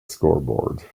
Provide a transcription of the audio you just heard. scoreboard